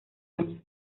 año